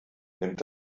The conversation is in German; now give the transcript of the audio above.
nimmt